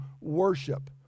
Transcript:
worship